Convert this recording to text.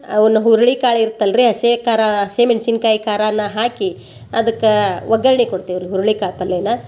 ಅವ್ನ ಹುರುಳಿಕಾಳು ಇರತ್ತೆ ಅಲ್ರಿ ಹಸಿ ಖಾರ ಹಸಿ ಮೆಣ್ಸಿನ್ಕಾಯಿ ಖಾರಾನ ಹಾಕಿ ಅದಕ್ಕೆ ಒಗ್ಗರಣೆ ಕೊಡ್ತೀವಿ ರೀ ಹುರುಳಿಕಾಳು ಪಲ್ಲೆನಾ